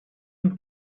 une